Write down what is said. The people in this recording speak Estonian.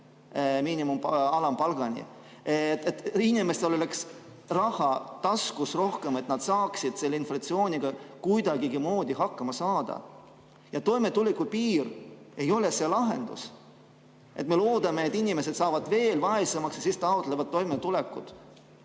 tõstmine alampalgani, et inimestel oleks raha taskus rohkem, et nad saaksid selle inflatsiooniga kuidagimoodi hakkama. Ja toimetulekupiir ei ole lahendus – see, et me loodame, et inimesed saavad veel vaesemaks ja siis taotlevad toimetulekutoetust.